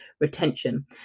retention